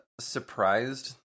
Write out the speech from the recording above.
surprised